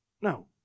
No